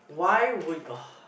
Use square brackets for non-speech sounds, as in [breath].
why would [breath]